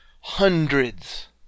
Hundreds